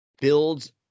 builds